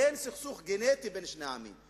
אין סכסוך גנטי בין שני העמים.